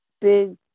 big